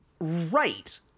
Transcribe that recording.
right